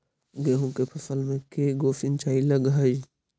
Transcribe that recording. गेहूं के फसल मे के गो सिंचाई लग हय?